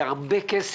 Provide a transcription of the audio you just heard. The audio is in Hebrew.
זה הרבה כסף.